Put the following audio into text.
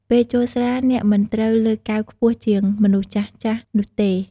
ពេលជល់ស្រា អ្នកមិនត្រូវលើកកែវខ្ពស់ជាងមនុស្សចាស់ៗនោះទេ។